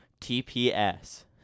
TPS